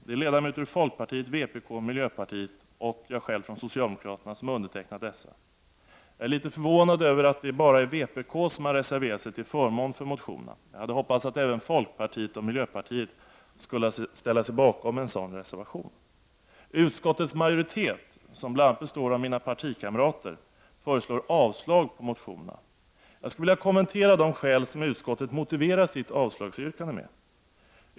Det är ledamöter ur folkpartiet, vpk, miljöpartiet och jag själv från socialdemokraterna som undertecknat dessa. Jag är litet förvånad över att endast vpk har reserverat sig till förmån för motionerna, jag hade hoppats att även folkpartiet och miljöpartiet skulle ställa sig bakom en sådan reservation. Utskottets majoritet, som bl.a. består av mina partikamrater, föreslår avslag på motionerna. Jag skulle vilja kommentera de skäl som utskottet motiverar sitt avslagsyrkande med.